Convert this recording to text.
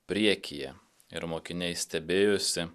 priekyje ir mokiniai stebėjosi